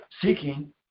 seeking